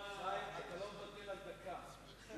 את זה